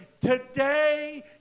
today